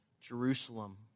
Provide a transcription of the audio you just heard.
Jerusalem